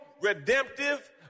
redemptive